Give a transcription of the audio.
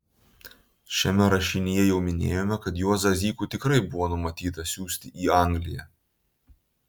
šiame rašinyje jau minėjome kad juozą zykų tikrai buvo numatyta siųsti į angliją